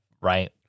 right